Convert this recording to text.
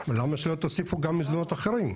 למה שלא תוסיפו גם מזונות אחרים?